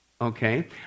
okay